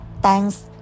thanks